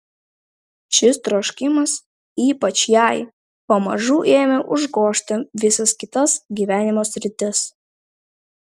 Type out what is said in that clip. šis troškimas ypač jai pamažu ėmė užgožti visas kitas gyvenimo sritis